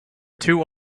two